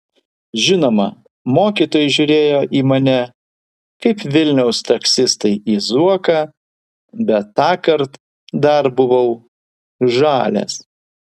žinoma mokytojai žiūrėjo į mane kaip vilniaus taksistai į zuoką bet tąkart dar buvau žalias